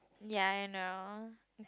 ya I know